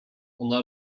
ona